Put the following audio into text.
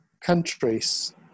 countries